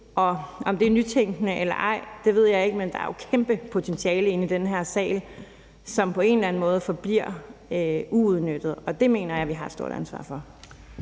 Om det er nytænkende eller ej, ved jeg ikke, men der er jo et kæmpe potentiale inde i den her sal, som på en eller anden måde forbliver uudnyttet, og det mener jeg vi har et stort ansvar for.